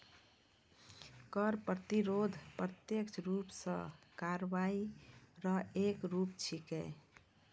कर प्रतिरोध प्रत्यक्ष रूप सं कार्रवाई रो एक रूप छिकै